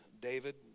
David